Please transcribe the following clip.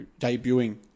debuting